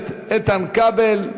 הכנסת איתן כבל.